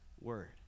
Word